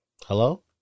Hello